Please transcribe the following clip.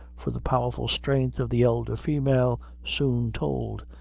for the powerful strength of the elder female soon told.